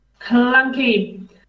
Clunky